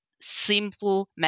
simple